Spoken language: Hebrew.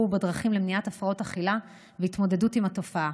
בדרכים למניעת הפרעות אכילה והתמודדות עם התופעה.